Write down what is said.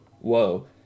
whoa